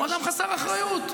הוא אדם חסר אחריות.